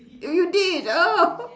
you did !oho!